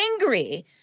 angry